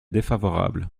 défavorable